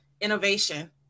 innovation